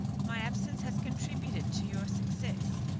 my absence has contributed to your success.